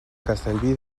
castellví